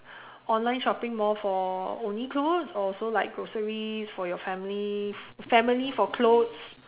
online shopping more for only clothes or also like groceries for your family family for clothes